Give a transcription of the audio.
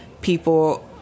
people